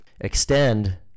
extend